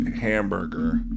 hamburger